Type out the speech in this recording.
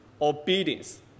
obedience